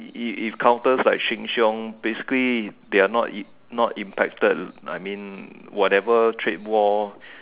if if counter like Sheng-Siong basically they are not I'm not impacted I mean whatever trade war